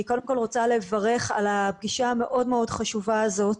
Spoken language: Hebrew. אני קודם כל רוצה לברך על הפגישה המאוד חשובה הזאת,